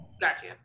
Gotcha